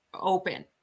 open